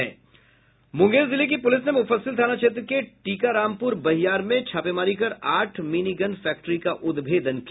मुंगेर जिले की पुलिस ने मुफस्सिल थाना क्षेत्र के टीकारामपुर बहियार में छोपमारी कर आठ मिनी गन फैक्ट्री का उद्भेदन किया